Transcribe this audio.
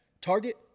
Target